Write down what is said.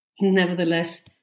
Nevertheless